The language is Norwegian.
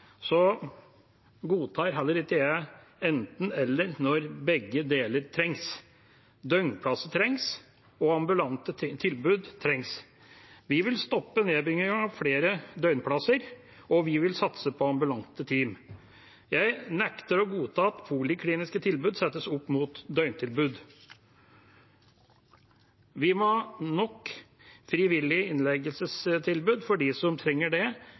godtar heller ikke jeg enten–eller når begge deler trengs. Døgnplasser trengs, og ambulante tilbud trengs. Vi vil stoppe nedbyggingen av flere døgnplasser, og vi vil satse på ambulante team. Jeg nekter å godta at polikliniske tilbud settes opp mot døgntilbud. Vi må ha nok tilbud til frivillig innlegging for dem som trenger det,